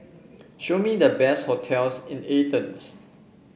show me the best hotels in Athens